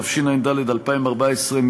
התשע"ד 2014,